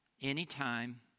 anytime